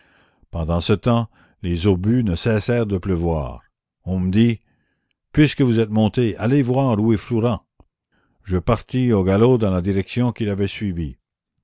pendant ce temps les obus ne cessèrent de pleuvoir on me dit puisque vous êtes monté allez voir où est flourens je partis au galop dans la direction qu'il avait suivie